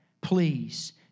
please